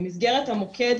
במסגרת המוקד,